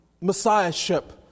Messiahship